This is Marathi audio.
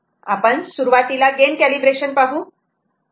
आपण सुरुवातीला गेन कॅलिब्रेशन पाहू